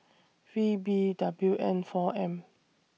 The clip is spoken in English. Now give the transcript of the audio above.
V B W N four M